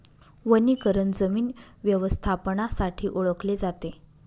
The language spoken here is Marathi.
वनीकरण जमीन व्यवस्थापनासाठी ओळखले जाते